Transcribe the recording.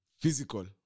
physical